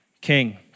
king